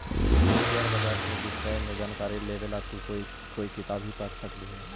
share बाजार के विष्य में जानकारी लेवे ला तू कोई किताब भी पढ़ सकलू हे